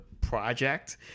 project